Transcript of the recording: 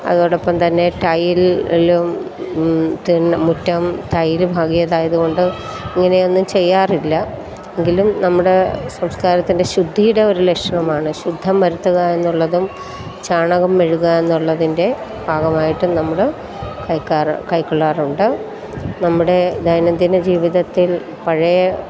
അതോടൊപ്പം തന്നെ ടൈലും തിണ്ണ മുറ്റം ടൈല് പാകിയതായതുകൊണ്ട് ഇങ്ങനെ ഒന്നും ചെയ്യാറില്ല എങ്കിലും നമ്മുടെ സംസ്കാരത്തിൻ്റെ ശുദ്ധിയുടെ ഒരു ലക്ഷണമാണ് ശുദ്ധം വരുത്തുക എന്നുള്ളതും ചാണകം മെഴുകുക എന്നുള്ളതിൻ്റെ ഭാഗമായിട്ടും നമ്മൾ കൈക്കാറ് കൈക്കൊള്ളാറുണ്ട് നമ്മുടെ ദൈനംദിന ജീവിതത്തിൽ പഴയ